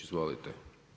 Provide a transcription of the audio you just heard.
Izvolite.